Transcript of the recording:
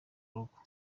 rugo